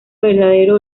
verdadero